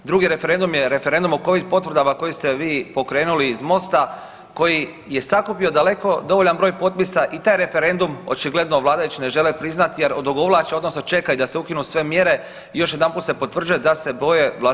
Drugi referendum je Referendum o covid potvrdama koji ste vi pokrenuli iz Mosta koji je sakupio daleko dovoljan broj potpisa i taj referendum očigledno vladajući ne žele priznat jer odugovlače odnosno čekaju da se ukinu sve mjere i još jedanput se potvrđuje da se boje vlastitog naroda.